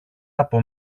από